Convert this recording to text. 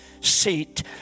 seat